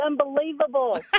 unbelievable